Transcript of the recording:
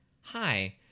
hi